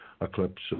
eclipse